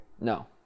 No